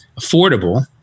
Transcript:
affordable